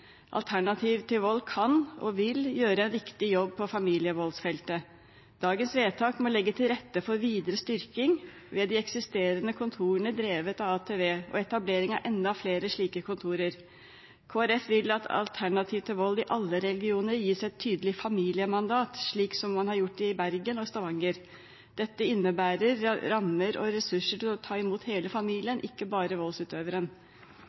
Alternativ til Vold kan og vil gjøre en viktig jobb på familievoldsfeltet. Dagens vedtak må legge til rette for videre styrking ved de eksisterende kontorene drevet av ATV, og for etablering av enda flere slike kontorer. Kristelig Folkeparti vil at Alternativ til Vold i alle regioner gis et tydelig familiemandat, slik man har gjort i Bergen og i Stavanger. Dette innebærer rammer og ressurser til å ta imot hele familien, ikke bare voldsutøveren.